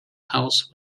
house